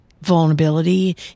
vulnerability